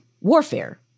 warfare